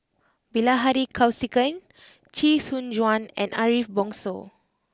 Bilahari Kausikan Chee Soon Juan and Ariff Bongso